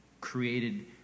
created